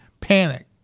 panic